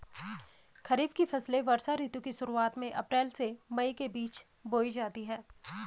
खरीफ की फसलें वर्षा ऋतु की शुरुआत में, अप्रैल से मई के बीच बोई जाती हैं